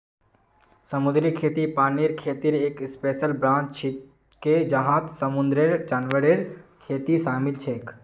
समुद्री खेती पानीर खेतीर एक स्पेशल ब्रांच छिके जहात समुंदरेर जानवरेर खेती शामिल छेक